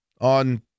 on